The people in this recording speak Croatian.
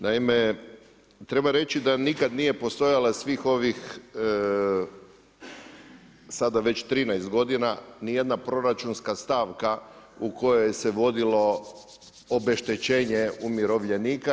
Naime, treba reći da nikad nije postojala svih obih sada već 13 godina ni jedna proračunska stavka u kojoj se vodilo obeštećenje umirovljenika.